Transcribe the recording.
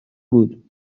بود